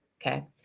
Okay